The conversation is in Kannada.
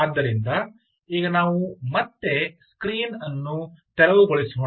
ಆದ್ದರಿಂದ ಈಗ ನಾವು ಮತ್ತೆ ಸ್ಕ್ರೀನ್ ಅನ್ನು ತೆರವುಗೊಳಿಸೋಣ